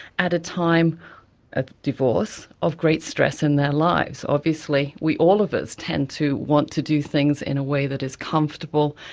at a time of divorce, of great stress in their lives. obviously we all of us tend to want to do things in a way that is comfortable,